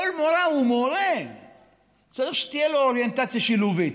כל מורה ומורה צריך שתהיה לו אוריינטציה שילובית.